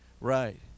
Right